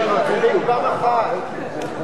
1 לא